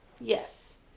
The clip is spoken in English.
Yes